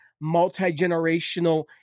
multi-generational